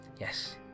yes